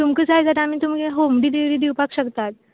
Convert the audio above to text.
तुमकां जाय जाल्यार आमी तुमगेर होम डिलीवरी दिवपाक शकतात